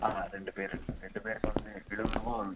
ஆ ரெண்டு பேர் ரெண்டு பேருக்கு வந்து எழுபது ரூபாய் வரும் சார்